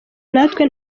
natwe